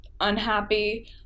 unhappy